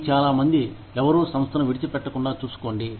ఈ చాలామంది ఎవరూ సంస్థను విడిచిపెట్టకుండా చూసుకోండి